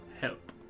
help